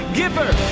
giver